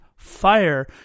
fire